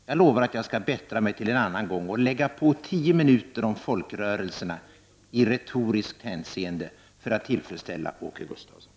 Jag lovar att jag till en annan gång skall bättra mig och lägga på tio minuter om folkrörelserna i retoriskt hänseende för att tillfredsställa Åke Gustavsson.